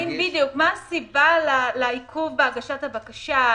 מה הסיבה לעיכוב בהגשת הבקשה?